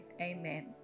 amen